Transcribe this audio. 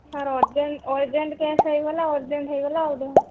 sir urgent urgent case ହେଇଗଲା ଆଉ urgent ହେଇଗଲା ଆଉ ଦେହ